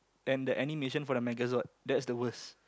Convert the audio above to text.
then the animation for the Megazord that's the worst